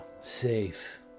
safe